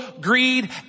greed